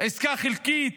עסקה חלקית,